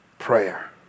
prayer